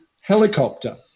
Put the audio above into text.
helicopter